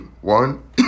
One